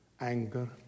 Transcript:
Anger